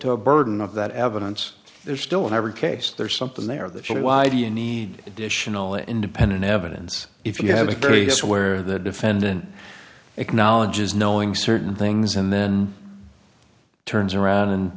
the burden of that evidence there's still in every case there's something there that she why do you need additional independent evidence if you have a very swear the defendant acknowledges knowing certain things and then turns around and